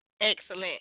Excellent